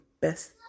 best